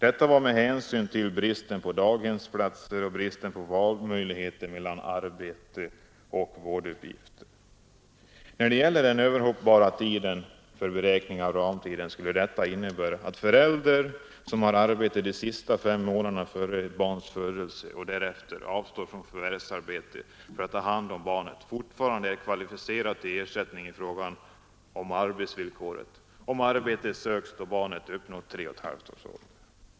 Detta var med hänsyn till bristen på daghemsplatser och bristen på valmöjligheter mellan arbete och vårduppgifter. När det gäller den överhoppbara tiden för beräkning av ramtiden skulle detta innebära att förälder som har arbete de sista fem månaderna före ett barns födelse och därefter avstår från förvärvsarbete för att ta hand om barnet fortfarande är kvalificerad till ersättning i fråga om arbetsvillkoret, om arbete söks då barnet uppnått tre och ett halvt års ålder.